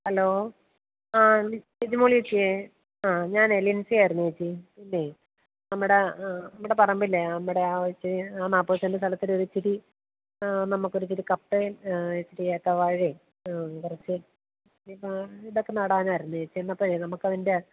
hello ആ റെജിമോളേച്ചിയേ ആ ഞാനേ ലിൻസിയായിരുന്നു ഏച്ചി പിന്നെ നമ്മുടെ നമ്മുടെ പറമ്പിലേ നമ്മുടെ ആ വെച്ച് ആ നാല്പത് സെൻ്റ് സ്ഥലത്തൊരു ഇച്ചിരി നമ്മൾക്കൊരു ഇച്ചിരി കപ്പയും ഇച്ചിരി ഏത്ത വാഴയും കുറച്ച് ഇത് ഇതൊക്കെ നടാനായിരുന്നു ഏച്ചി എന്നാൽ അപ്പോഴേ നമുക്കതിൻ്റെ